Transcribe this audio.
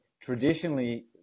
traditionally